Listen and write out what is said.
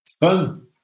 Fun